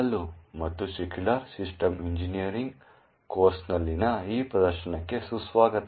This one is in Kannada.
ಹಲೋ ಮತ್ತು ಸೆಕ್ಯೂರ್ ಸಿಸ್ಟಮ್ ಇಂಜಿನಿಯರಿಂಗ್ ಕೋರ್ಸ್ನಲ್ಲಿನ ಈ ಪ್ರದರ್ಶನಕ್ಕೆ ಸ್ವಾಗತ